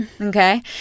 Okay